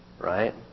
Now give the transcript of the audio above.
right